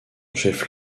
chef